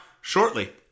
shortly